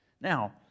now